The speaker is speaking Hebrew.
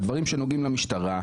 את הדברים שנוגעים למשטרה.